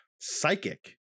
psychic